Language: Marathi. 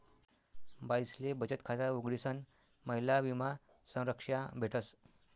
बाईसले बचत खाता उघडीसन महिला विमा संरक्षा भेटस